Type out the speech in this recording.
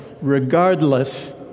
regardless